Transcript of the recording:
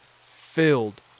filled